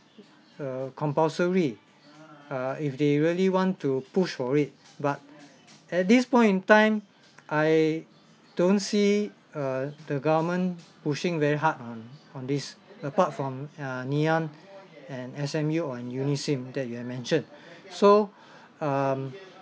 err compulsory err if they really want to push for it but at this point in time I don't see err the government pushing very hard on on this apart from uh ngee ann and S_M_U or uniSIM that you've mentioned so um